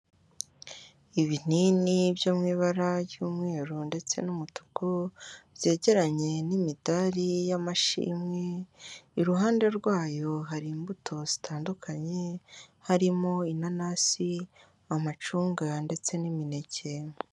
Ibinini byo mu ibara ry'umweru ndetse n'umutuku, byegeranye n'imidari y'amashimwe, iruhande rwayo hari imbuto zitandukanye, harimo inanasi, amacunga ndetse n'imineke.